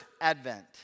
advent